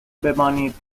بمانید